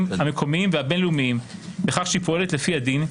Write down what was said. המקומיים והבין-לאומיים בכך שהיא פועלת לפי הדין,